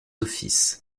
offices